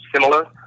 similar